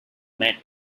met